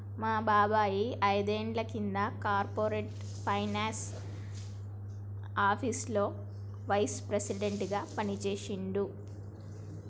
మా బాబాయ్ ఐదేండ్ల కింద కార్పొరేట్ ఫైనాన్స్ ఆపీసులో వైస్ ప్రెసిడెంట్గా పనిజేశిండు